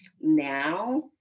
now